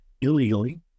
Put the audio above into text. illegally